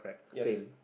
yes